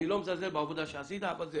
אני לא מזלזל בעבודה שעשית אבל זה